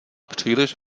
příliš